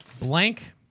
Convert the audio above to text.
blank